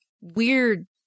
weird